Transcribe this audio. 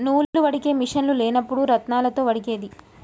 నూలు వడికే మిషిన్లు లేనప్పుడు రాత్నాలతో వడికేది